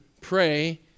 pray